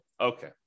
Okay